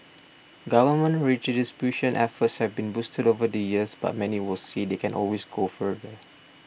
government redistribution efforts have been boosted over the years but many would say they can always go further